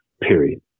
Period